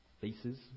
faces